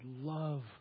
love